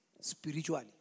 spiritually